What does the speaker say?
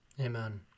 Amen